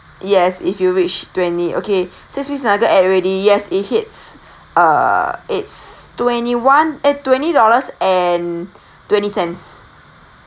yes if you reach twenty okay six piece nugget add already yes it hits uh it's twenty one eh twenty dollars and twenty cents